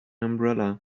umbrella